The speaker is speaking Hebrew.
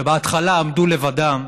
שבהתחלה עמדו לבדם,